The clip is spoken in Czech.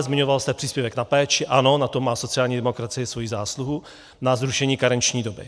Zmiňovala jste příspěvek na péči, ano, na tom má sociální demokracie svoji zásluhu, na zrušení karenční doby.